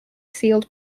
sealed